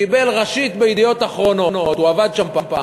קיבל רָאשית ב"ידיעות אחרונות" הוא עבד שם פעם,